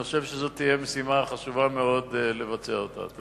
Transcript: אני חושב שזאת תהיה משימה חשובה מאוד לבצע אותה.